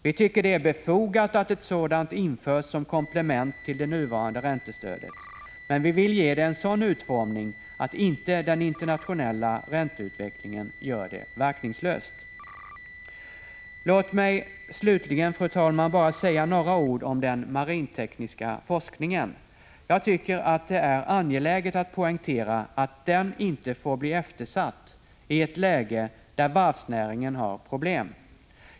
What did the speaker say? Vi tycker det är befogat att ett sådant införs som komplement till det nuvarande räntestödet, men vi vill ge det en sådan utformning att inte den internationella ränteutvecklingen gör det verkningslöst. Låt mig slutligen, fru talman, bara säga några ord om den marintekniska forskningen. Jag tycker att det är angeläget att poängtera att den inte får bli eftersatt i ett läge där varvsnäringen har problem.